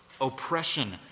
oppression